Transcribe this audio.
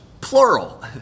plural